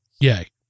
Yay